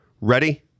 Ready